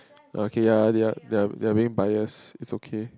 okay ya ya their their being biased is okay